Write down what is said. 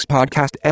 Podcast